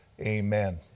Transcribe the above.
Amen